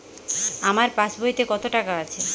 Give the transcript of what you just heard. আমার পাসবইতে কত টাকা আছে?